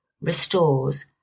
restores